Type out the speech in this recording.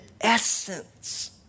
essence